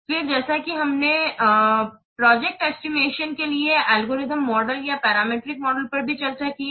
फिर जैसा कि हमने प्रोजेक्ट एस्टिमेशन के लिए एल्गोरिथम मॉडल या पैरामीट्रिक मॉडल पर भी चर्चा की है